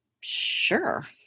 sure